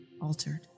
altered